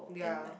ya